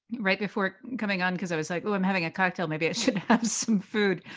right before coming on, because i was like, oh, i'm having a cocktail. maybe i should have some food.